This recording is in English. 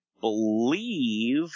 believe